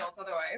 otherwise